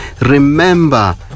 remember